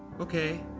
okay.